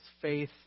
faith